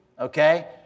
okay